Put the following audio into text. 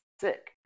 sick